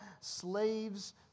slaves